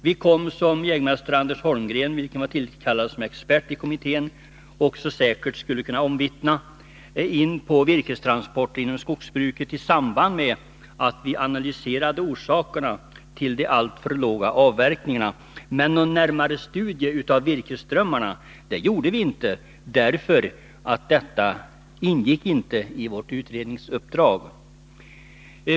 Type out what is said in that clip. Vi kom — som jägmästare Anders Holmgren, vilken var tillkallad som expert i kommittén, också säkert skulle kunna omvittna — in på virkestransporter inom skogsbruket i samband med att vi analyserade orsakerna till de alltför låga avverkningarna. Men någon närmare studie av virkesströmmarna gjorde vi inte, eftersom detta inte ingick i vårt utredningsuppdrag.